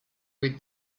with